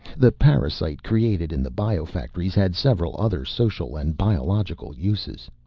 the parasite, created in the bio-factories, had several other social and biological uses.